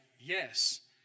Yes